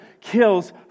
kills